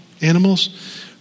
animals